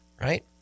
right